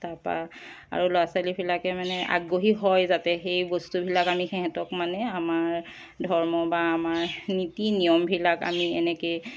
তাৰ পৰা আৰু ল'ৰা ছোৱালীবিলাক মানে আগ্ৰহী হয় যাতে সেই বস্তুবিলাক আমি সিহঁতক মানে আমাৰ ধৰ্ম বা আমাৰ নীতি নিয়মবিলাক আমি এনেকৈয়ে